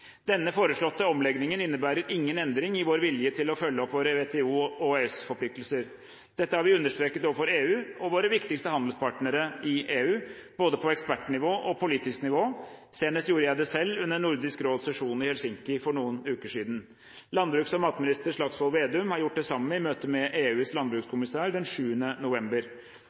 Denne foreslåtte omleggingen innebærer ingen endring i vår vilje til å følge opp våre WTO- og EØS-forpliktelser. Dette har vi understreket overfor EU og våre viktigste handelspartnere i EU, både på ekspertnivå og på politisk nivå. Senest gjorde jeg det selv under Nordisk Råds sesjon i Helsinki for noen uker siden. Landbruks- og matminister Slagsvold Vedum har gjort det samme i møte med EUs landbrukskommissær den 7. november.